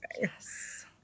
Yes